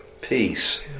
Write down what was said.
peace